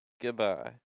goodbye